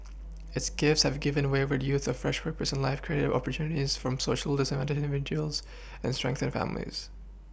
its gifts have given wayward youth fresh purpose in life created opportunities for Socially disadvantaged individuals and strengthened families